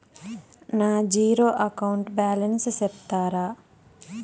నా zero account balance సెప్తారా?